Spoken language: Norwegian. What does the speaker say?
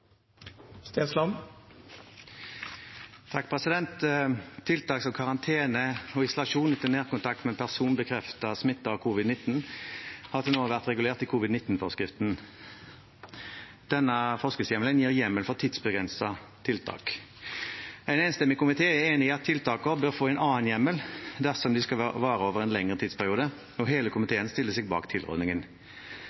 Tiltak som karantene og isolasjon etter nærkontakt med en person bekreftet smittet med covid-19 har til nå vært regulert i covid-19-forskriften. Denne forskriftshjemmelen gir hjemmel for tidsbegrensede tiltak. En enstemmig komité er enig i at tiltakene bør få en annen hjemmel dersom de skal vare over en lengre tidsperiode, og hele